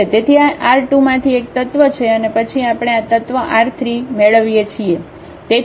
તેથી આ R2 માંથી એક તત્વ છે અને પછી આપણે આ તત્વ R3 મેળવીએ છીએ